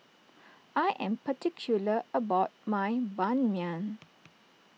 I am particular about my Ban Mian